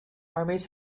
armies